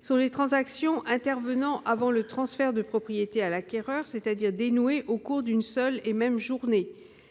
ces transactions interviennent avant le transfert de propriété à l'acquéreur et sont dénouées au cours d'une seule et même journée.